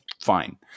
fine